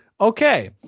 okay